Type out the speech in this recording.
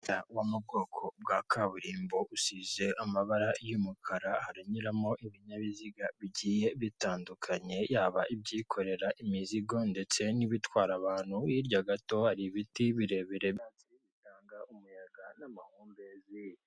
Umuhanda wo bwoko bwa kaburimbo usize amabara y'umukara, haranyuramo ibinyabiziga bigiye bitandukanye, yaba ibyikorera imizigo ndetse n'ibitwara abantu. Hirya gato hari ibiti birebire by'icyatsi bitanga umuyaga n'amahumbezi.